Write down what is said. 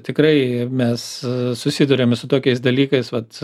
tikrai mes susiduriame su tokiais dalykais vat